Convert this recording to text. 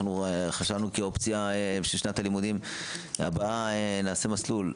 חשבנו שבשנת הלימודים הבאה נעשה מסלול.